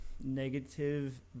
negative